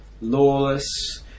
Lawless